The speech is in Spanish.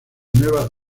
nueva